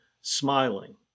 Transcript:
smiling